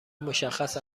مشخص